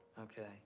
okay